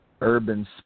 urban